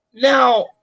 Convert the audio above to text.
Now